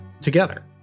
together